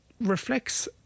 reflects